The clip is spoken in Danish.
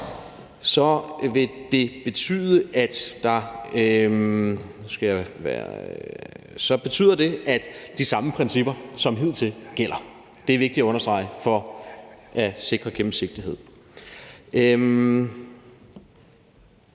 2 år, betyder det, at de samme principper som hidtil gælder. Det er vigtigt at understrege for at sikre gennemsigtighed.